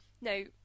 no